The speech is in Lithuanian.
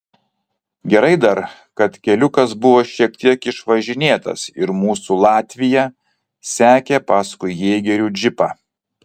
gerai dar kad keliukas buvo šiek tiek išvažinėtas ir mūsų latvija sekė paskui jėgerių džipą